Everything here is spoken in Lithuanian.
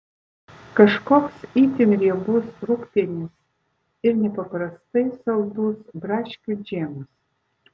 kažkoks itin riebus rūgpienis ir nepaprastai saldus braškių džemas